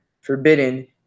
forbidden